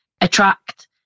Attract